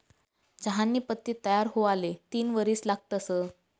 चहानी पत्ती तयार हुवाले तीन वरीस लागतंस